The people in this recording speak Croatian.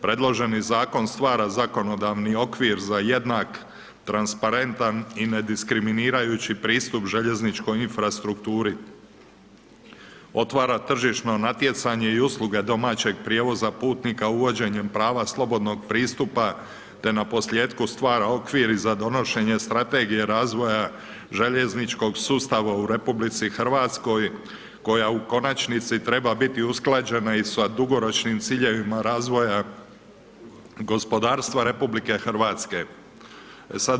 Predloženi Zakon stvara zakonodavni okvir za jednak, transparentan i nediskriminirajući pristup željezničkoj infrastrukturi, otvara tržišno natjecanje i usluge domaćeg prijevoza putnika uvođenjem prava slobodnog pristupa te na posljetku stvara okvir i za donošenje Strategije razvoja željezničkog sustava u Republici Hrvatskoj, koja u konačnici treba biti usklađena i sa dugoročnim ciljevima razvoja gospodarstva Republike Hrvatske.